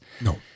No